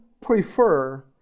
prefer